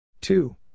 two